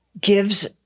gives